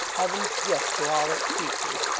heaven's gift to all its creatures,